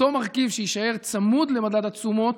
אותו מרכיב שיישאר צמוד למדד התשומות,